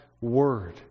Word